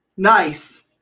Nice